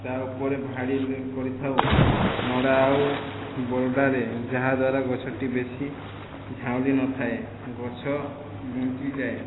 ତା ଉପରେ ଭାଡ଼ି କରିଥାଉ ନଡ଼ା ଆଉ ବର୍ଡ଼ାରେ ଯାହାଦ୍ୱାରା ଗଛଟି ବେଶୀ ଝାଉଁଲି ନଥାଏ ଗଛ ବଞ୍ଚିଯାଏ